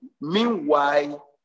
meanwhile